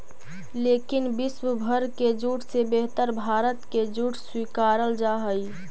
लेकिन विश्व भर के जूट से बेहतर भारत के जूट स्वीकारल जा हइ